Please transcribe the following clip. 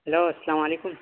hello السلام علیکم